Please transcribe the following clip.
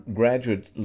graduate